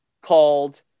called